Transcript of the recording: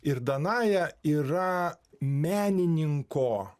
ir danaja yra menininko